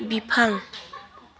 बिफां